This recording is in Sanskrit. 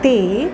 ते